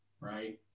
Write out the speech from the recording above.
right